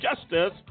justice